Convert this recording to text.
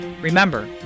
Remember